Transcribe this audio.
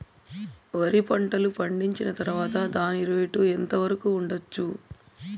వరి పంటలు పండించిన తర్వాత దాని రేటు ఎంత వరకు ఉండచ్చు